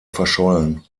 verschollen